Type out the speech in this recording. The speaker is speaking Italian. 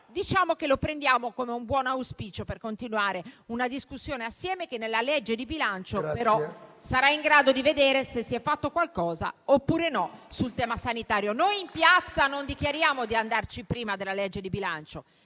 Diciamo però che lo prendiamo come un buon auspicio per continuare una discussione assieme. Nella legge di bilancio saremo in grado di vedere se è stato fatto o no qualcosa sul tema sanitario. Noi in piazza non dichiariamo di andarci prima della legge di bilancio: